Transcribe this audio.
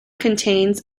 contains